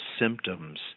symptoms